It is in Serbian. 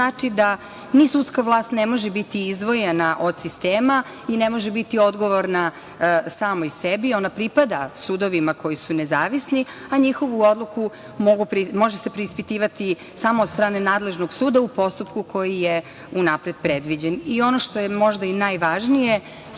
znači da ni sudska vlast ne može biti izdvojena od sistema i ne može biti odgovorna samoj sebi. Ona pripada sudovima koji su nezavisni, a njihovu odluku mogu, može se preispitivati samo od strane nadležnog suda u postupku koji je unapred predviđen. Ono što je možda i najvažnije,